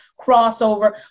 crossover